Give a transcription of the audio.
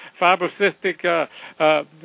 fibrocystic